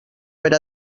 per